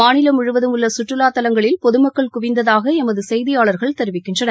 மாநிலம் முழுவதும் உள்ள சுற்றுலாத் தலங்களில் பொதுமக்கள் குவிந்ததாக எமது செய்தியாள்கள் தெரிவிக்கின்றனர்